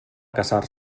casar